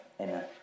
Amen